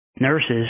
nurses